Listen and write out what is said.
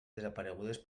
desaparegudes